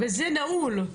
וזה נעול.